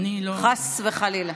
חס וחלילה.